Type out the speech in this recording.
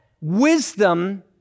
wisdom